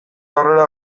aurrera